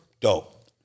Dope